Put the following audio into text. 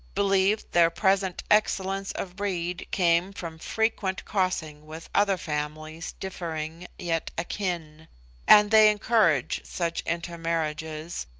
believed their present excellence of breed came from frequent crossing with other families differing, yet akin and they encourage such intermarriages,